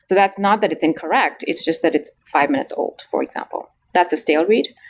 that's not that it's incorrect. it's just that it's five minutes old, for example. that's a stale read.